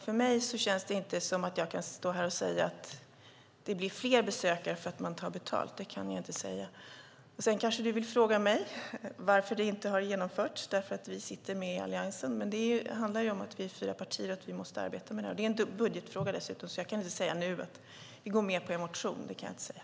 För mig känns det inte som att jag kan stå här och säga att det blir fler besökare därför att man tar betalt - det kan jag inte säga. Sedan kanske du vill fråga mig, eftersom vi sitter med i Alliansen, varför detta inte har genomförts. Det handlar om att vi är fyra partier och måste arbeta med detta. Det är dessutom inte en budgetfråga, så jag kan inte säga nu att vi går med på ert motionsförslag.